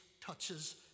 touches